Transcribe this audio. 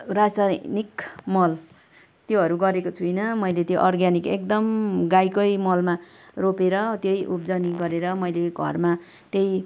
रसायनिक मल त्योहरू गरेको छुइँन मैले त्यो अर्ग्यानिक एकदम गाईकै मलमा रोपेर त्यही उब्जनी गरेर घरमा त्यही